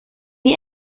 you